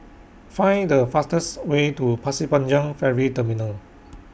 Find The fastest Way to Pasir Panjang Ferry Terminal